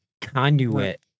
Conduit